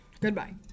Goodbye